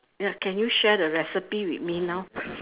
ya can you share the recipe with me now